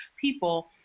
people